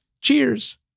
Cheers